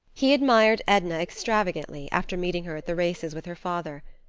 he admired edna extravagantly, after meeting her at the races with her father.